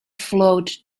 flowed